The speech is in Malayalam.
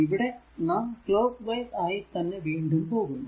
ഇവിടെ നാം ക്ലോക്ക് വൈസ് ആയി തന്നെ വീണ്ടും പോകുന്നു